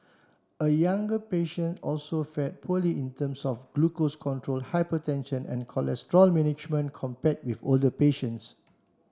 a younger patient also fared poorly in terms of glucose control hypertension and cholesterol management compare with older patients